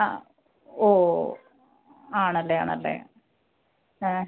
ആ ഓ ആണല്ലെ ആണല്ലെ ഏ